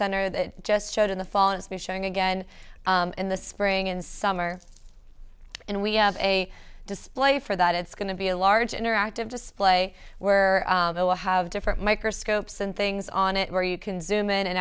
center that just showed in the fall and space showing again in the spring and summer and we have a display for that it's going to be a large interactive display where they will have different microscopes and things on it where you can zoom in and